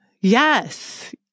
Yes